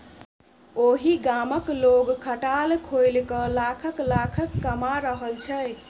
ओहि गामक लोग खटाल खोलिकए लाखक लाखक कमा रहल छै